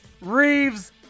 Reeves